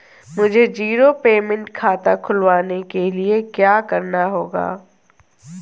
मुझे zero payment खाता खुलवाने के लिए क्या करना होगा?